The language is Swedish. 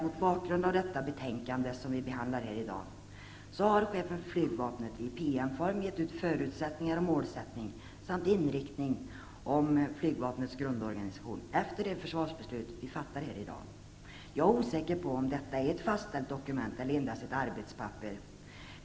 Mot bakgrund av det betänkande som vi behandlar här i dag har chefen för flygvapnet i PM-form angivit förutsättningar och målsättning samt inriktning när det gäller flygvapnets grundorganisation efter det försvarsbeslut vi fattar här i dag. Jag är osäker på om det är ett fastställt dokument eller endast ett arbetspapper.